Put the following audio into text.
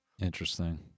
Interesting